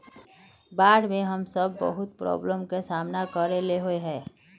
बाढ में हम सब बहुत प्रॉब्लम के सामना करे ले होय है?